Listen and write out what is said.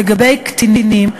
לגבי קטינים,